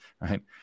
right